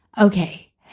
Okay